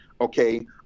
okay